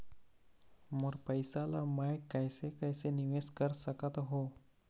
मोर पैसा ला मैं कैसे कैसे निवेश कर सकत हो?